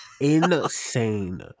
insane